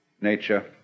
nature